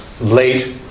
late